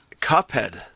Cuphead